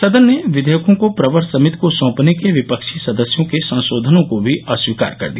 सदन ने विघेयकों को प्रवर समिति को साँपने के विपक्षी सदस्यों के संशोधनों को भी अस्वीकार कर दिया